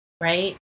right